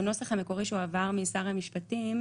בנוסח המקורי שהועבר משר המפשטים,